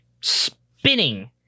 spinning